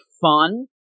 fun